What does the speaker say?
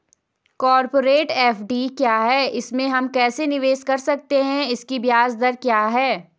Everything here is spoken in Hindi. कॉरपोरेट एफ.डी क्या है इसमें हम कैसे निवेश कर सकते हैं इसकी ब्याज दर क्या है?